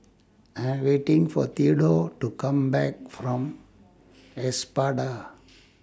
I Am waiting For Theadore to Come Back from Espada